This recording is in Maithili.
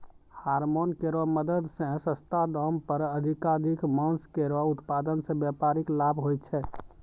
हारमोन केरो मदद सें सस्ता दाम पर अधिकाधिक मांस केरो उत्पादन सें व्यापारिक लाभ होय छै